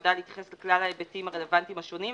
שנועדה להתייחס לכלל ההיבטים הרלוונטיים השונים,